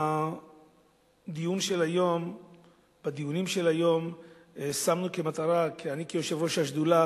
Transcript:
בדיונים של היום שמנו כמטרה, אני כיושב-ראש השדולה